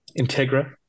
Integra